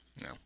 No